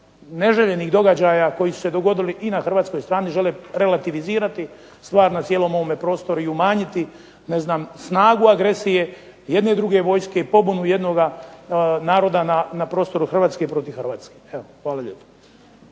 neželjenih događaja koji su se dogodili i na hrvatskoj strani žele relativizirati stvar na cijelom ovom prostoru i umanjiti snagu agresije jedne i druge vojske, pobunu jednoga naroda na prostoru Hrvatske protiv Hrvatske. Hvala lijepo.